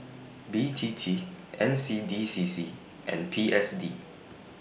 B T T N C D C C and P S D